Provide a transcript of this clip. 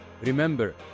Remember